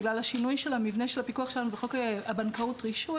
בגלל השינוי של המבנה של הפיקוח שלנו בחוק הבנקאות (רישוי),